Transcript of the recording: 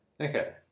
Okay